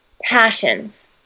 passions